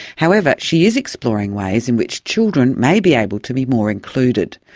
however, she is exploring ways in which children may be able to be more included.